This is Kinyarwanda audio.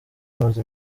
bamaze